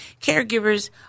Caregivers